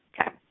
Okay